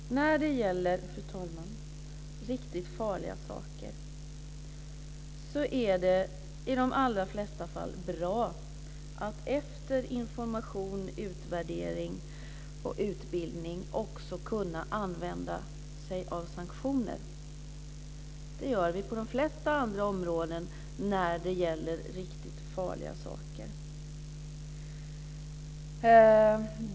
Fru talman! När det gäller riktigt farliga saker är det i de allra flesta fall bra att efter information, utvärdering och utbildning också kunna använda sig av sanktioner. Det gör vi på de flesta andra områden när det handlar om riktigt farliga saker.